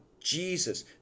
Jesus